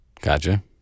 Gotcha